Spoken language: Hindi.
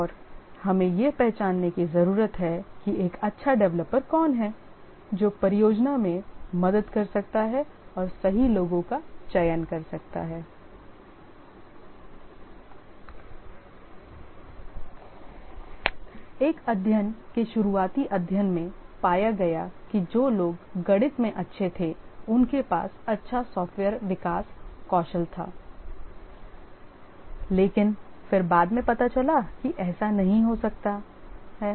और हमें यह पहचानने की जरूरत है कि एक अच्छा डेवलपर कौन है जो परियोजना में मदद कर सकता है और सही लोगों का चयन कर सकता है एक अध्ययन के शुरुआती अध्ययन में पाया गया कि जो लोग गणित में अच्छे थे उनके पास अच्छा सॉफ्टवेयर विकास कौशल था लेकिन फिर बाद में पता चला कि ऐसा नहीं हो सकता है